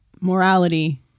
morality